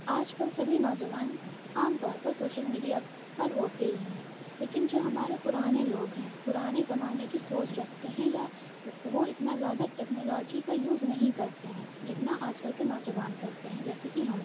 آج کل سبھی نوجوان عام طور پر سوشل میڈیا پر ہوتے ہی ہیں لیکن جو ہمارے پرانے لوگ ہیں پرانے زمانے کی سوچ رکھتے ہیں یا وہ اتنا زیادہ ٹکنالوجی کا یوز نہیں کرتے ہیں جتنا آج کل کے نوجوان کرتے ہیں جیسے کہ ہم